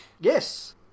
Yes